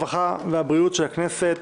הרווחה והבריאות של הכנסת